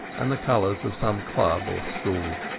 and the colours of some club or school.